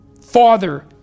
father